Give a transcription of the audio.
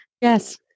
Yes